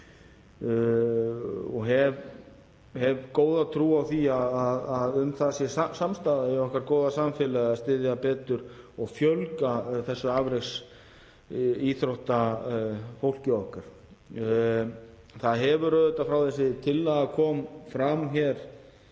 og hef góða trú á því að um það sé samstaða í okkar góða samfélagi að styðja betur og fjölga þessu afreksþróttafólki okkar. Frá því að þessi tillaga kom fram hér